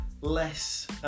less